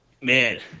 Man